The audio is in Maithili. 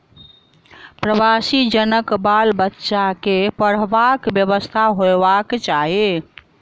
प्रवासी जनक बाल बच्चा के पढ़बाक व्यवस्था होयबाक चाही